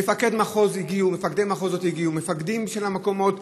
מפקדי מחוז הגיעו, מפקדים של המקומות,